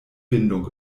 bindung